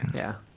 yeah.